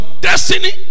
destiny